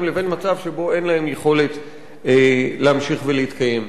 לבין מצב שבו אין להם יכולת להמשיך ולהתקיים.